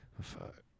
Fuck